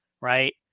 right